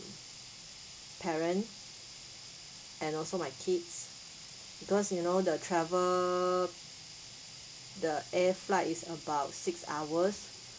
parent and also my kids because you know the travel the air flight is about six hours